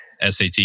SAT